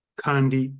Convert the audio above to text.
kandi